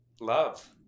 Love